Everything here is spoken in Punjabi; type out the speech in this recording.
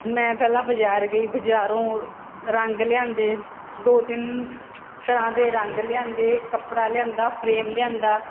ਮੈਂ ਪਹਿਲਾਂ ਬਜ਼ਾਰ ਗਈ ਬਜ਼ਾਰੋਂ ਰੰਗ ਲਿਆਂਦੇ ਦੋ ਤਿੰਨ ਤਰ੍ਹਾਂ ਦੇ ਰੰਗ ਲਿਆਂਦੇ ਕੱਪੜਾ ਲਿਆਂਦਾ ਫਰੇਮ ਲਿਆਂਦਾ